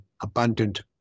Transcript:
abundant